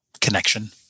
connection